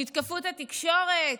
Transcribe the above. תתקפו את התקשורת.